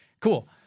cool